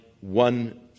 one